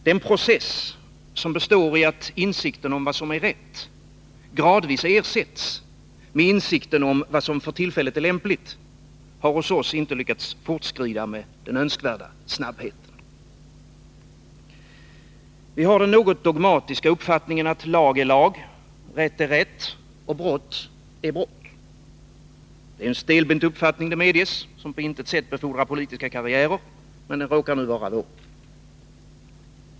Den process som består i att insikten om vad som är rätt gradvis ersätts med insikten om vad som för tillfället är lämpligt, har hos oss inte lyckats fortskrida med den önskvärda snabbheten. Vi har den något dogmatiska uppfattningen, att lag är lag, rätt är rätt och brott är brott. Det är en stelbent uppfattning — det medges — som på intet sätt befordrar politiska karriärer, men den råkar nu vara vår.